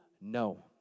no